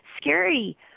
scary